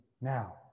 now